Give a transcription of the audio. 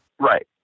Right